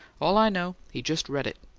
all i know he just read it.